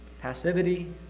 passivity